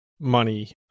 money